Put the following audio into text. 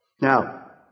Now